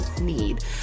need